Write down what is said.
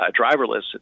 driverless